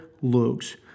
looks